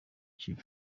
kibi